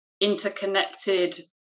interconnected